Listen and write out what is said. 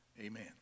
Amen